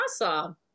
Awesome